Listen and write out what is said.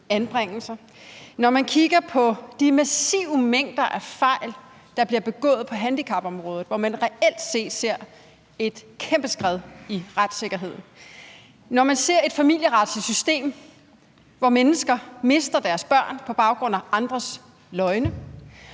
når man kigger på de massive mængder af fejl, der bliver begået på handicapområdet, hvor man reelt set ser et kæmpe skred i retssikkerhed; når man ser et familieretsligt system, hvor mennesker mister deres børn på baggrund af andres løgne;